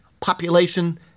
population